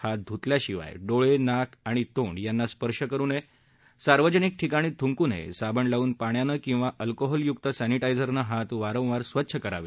हात धुतल्याशिवाय डोळ आक आणि तोंड यांना स्पर्श करु नयक्त सार्वजनिक ठिकाणी थूंकू नया आबण लावून पाण्यानाक्रिवा अल्कोहोलयूक सर्विटाइझरनवित वारंवार स्वच्छ कराव